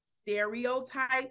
stereotype